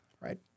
right